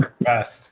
best